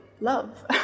love